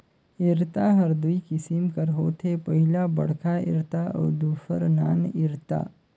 इरता हर दूई किसिम कर होथे पहिला बड़खा इरता अउ दूसर नान इरता